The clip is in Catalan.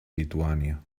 lituània